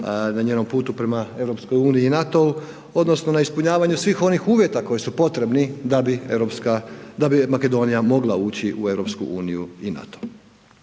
na njenom putu prema EU-u i NATO-u odnosno na ispunjavanje svih onih uvjeta koji su potrebni da bi Makedonija mogla ući u EU i NATO.